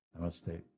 Namaste